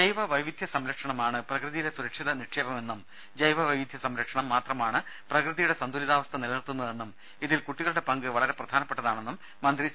ജൈവ വൈവിധ്യ സംരക്ഷണമാണ് പ്രകൃതിയിലെ സുരക്ഷിത നിക്ഷേപം എന്നും ജൈവവൈവിധ്യ സംരക്ഷണം മാത്രമാണ് പ്രകൃതിയുടെ സന്തു ലിതാവസ്ഥ നിലനിർത്തുന്നതെന്നും ഇതിൽ കുട്ടികളുടെ പങ്ക് വളരെ പ്രധാനപ്പെട്ടതാണെന്നും മന്ത്രി സി